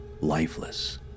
lifeless